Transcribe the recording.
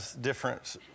different